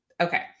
Okay